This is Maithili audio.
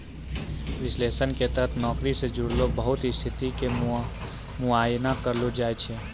विश्लेषण के तहत नौकरी से जुड़लो बहुते स्थिति के मुआयना करलो जाय छै